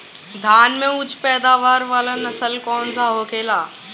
धान में उच्च पैदावार वाला नस्ल कौन सा होखेला?